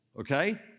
okay